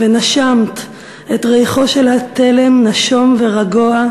// ונשמת את ריחו של התלם נשום ורגוֹע